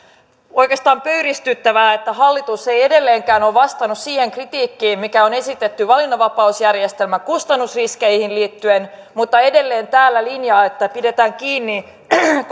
oikeastaan pöyristyttävää että hallitus ei edelleenkään ole vastannut siihen kritiikkiin mitä on esitetty valinnanvapausjärjestelmän kustannusriskeihin liittyen mutta edelleen täällä linjaa että pidetään kiinni